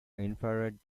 infrared